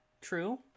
True